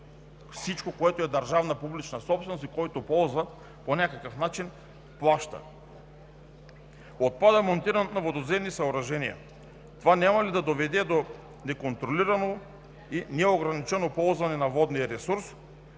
всичко, което е държавна публична собственост, и който ползва, по някакъв начин плаща. Отпада монтирането на водовземни съоръжения. Това няма ли да доведе до неконтролирано и неограничено ползване на водния ресурс